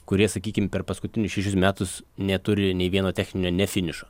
kurie sakykim per paskutinius šešis metus neturi nei vieno techninio ne finišo